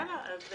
בסדר, אז